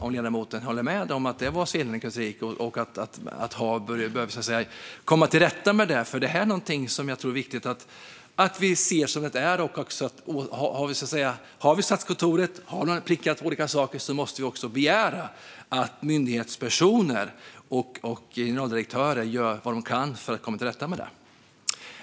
Om ledamoten håller med om detta är det viktigt att vi hjälps åt att komma till rätta med det. Har Statskontoret prickat olika saker måste vi begära att myndighetspersoner och generaldirektörer gör vad de kan för att komma till rätta med det.